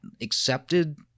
accepted